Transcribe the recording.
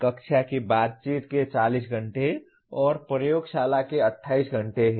कक्षा की बातचीत के 40 घंटे और प्रयोगशाला के 28 घंटे हैं